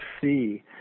see